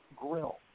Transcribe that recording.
grill